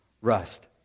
rust